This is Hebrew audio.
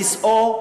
בכיסאו,